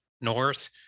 North